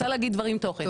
רוצה להגיד דברים עם תוכן,